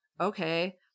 Okay